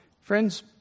Friends